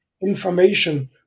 information